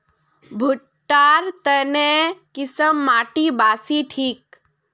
भुट्टा र तने की किसम माटी बासी ठिक?